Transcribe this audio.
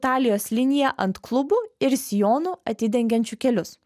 talijos linija ant klubų ir sijonų atidengiančių kelius